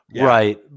right